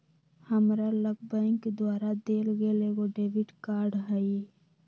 हमरा लग बैंक द्वारा देल गेल एगो डेबिट कार्ड हइ